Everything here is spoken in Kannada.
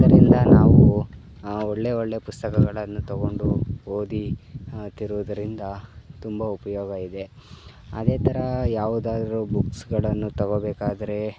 ಆದ್ದರಿಂದ ನಾವು ಒಳ್ಳೆ ಒಳ್ಳೆ ಪುಸ್ತಕಗಳನ್ನು ತೊಗೊಂಡು ಓದು ತ್ತಿರುದರಿಂದ ತುಂಬ ಉಪಯೋಗ ಇದೆ ಅದೇ ಥರ ಯಾವುದಾದರು ಬುಕ್ಸ್ಗಳನ್ನು ತೊಗೊಳ್ಬೇಕಾದ್ರೆ